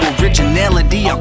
originality